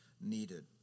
needed